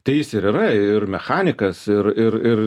tai jis ir yra ir mechanikas ir ir ir